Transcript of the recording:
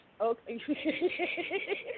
Okay